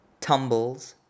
tumbles